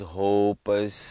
roupas